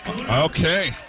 Okay